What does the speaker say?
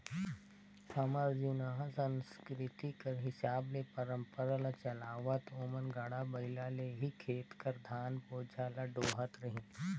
हमर जुनहा संसकिरती कर हिसाब ले परंपरा ल चलावत ओमन गाड़ा बइला ले ही खेत कर धान बोझा ल डोहत रहिन